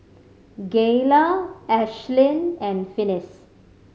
Gayla Ashlynn and Finis